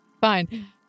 Fine